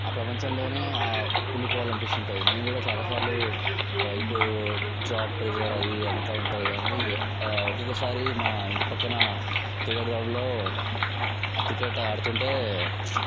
ఆ ప్రపంచంలో ఉండిపోవాలని అనిపిస్తుంది నేను కూడా చాలా సార్లు ఇప్పుడు జాబ్ ప్రెషర్ అది ఇదంతా ఉంటుంది కానీ ఇక ఒకొకసారి మా ఇంటి పక్కన ప్లేగ్రౌండ్లో ఆ క్రికెట్ ఆడుతుంటే